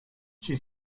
she